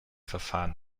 verfahren